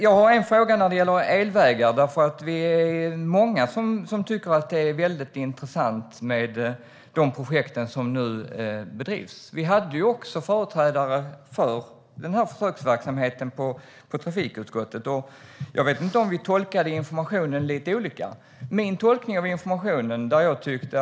Jag har en fråga när det gäller elvägar. Vi är många som tycker att det är väldigt intressant med de projekt som nu bedrivs. Vi hade också företrädare för försöksverksamheten på besök hos trafikutskottet. Jag vet inte om vi tolkade informationen lite olika. Jag tyckte att projekten var väldigt tydliga.